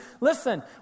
Listen